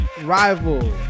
Rival